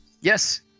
Yes